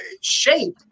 shape